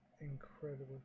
incredible